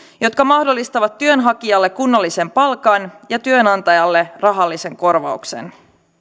jotka mahdollistavat työnhakijalle kunnollisen palkan ja työnantajalle rahallisen korvauksen